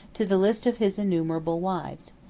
to the list of his innumerable wives.